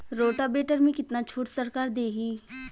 Rotavator में कितना छूट सरकार देही?